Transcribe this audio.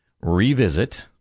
revisit